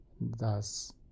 thus